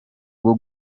bwo